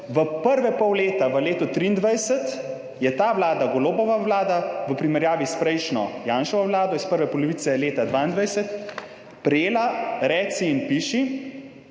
v prve pol leta v letu 2023 je ta vlada, Golobova vlada, v primerjavi s prejšnjo, Janševo vlado, iz prve polovice leta 2022 prejela, reci in piši,